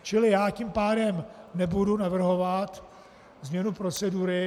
Čili já tím pádem nebudu navrhovat změnu procedury.